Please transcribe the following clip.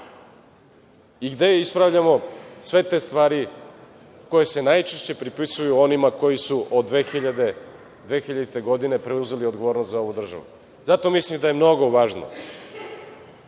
i gde ispravljamo sve te stvari koje se najčešće pripisuju onima koji su do 2000. godine preuzeli odgovornost za ovu državu? Zato mislim da je mnogo važno